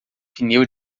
pneu